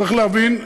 צריך להבין,